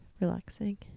relaxing